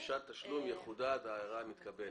ההערה מתקבלת.